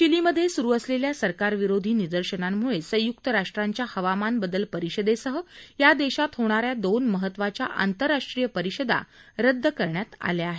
चिलीमध्ये सुरु असलेल्या सरकारविरोधी निदर्शनांमुळे संयुक्त राष्ट्रांच्या हवामानबदल परिषदेसह या देशात होणाऱ्या दोन महत्त्वाच्या आंतरराष्ट्रीय परिषदा रद्द करण्यात आल्या आहेत